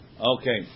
Okay